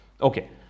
Okay